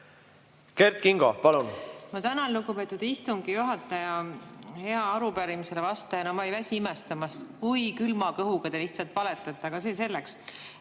Kert Kingo, palun! Ma tänan, lugupeetud istungi juhataja! Hea arupärimisele vastaja! Ma ei väsi imestamast, kui külma kõhuga te lihtsalt valetate, aga see selleks. Eelmise